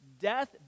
death